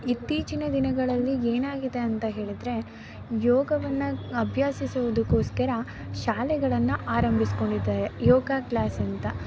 ಇತ್ತೀಚಿನ ದಿನಗಳಲ್ಲಿ ಏನಾಗಿದೆ ಅಂತ ಹೇಳಿದರೆ ಯೋಗವನ್ನು ಅಭ್ಯಸಿಸುವುದಕ್ಕೋಸ್ಕರ ಶಾಲೆಗಳನ್ನು ಆರಂಭಿಸಿಕೊಂಡಿದ್ದಾರೆ ಯೋಗ ಕ್ಲಾಸ್ ಅಂತ